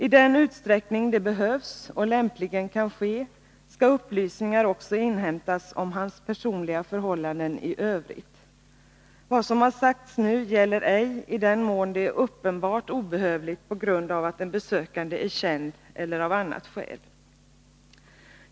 I den utsträckning det behövs och lämpligen kan ske skall upplysningar också inhämtas om hans personliga förhållanden i övrigt. Vad som har sagts nu gäller ej, i den mån det är uppenbart obehövligt på grund av att den besökande är känd eller av annat skäl.